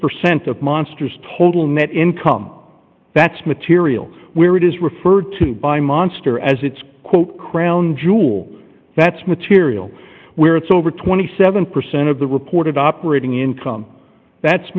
percent of monsters total net income that's material where it is referred to by monster as its crown jewel that's material where it's over twenty seven percent of the reported operating income that's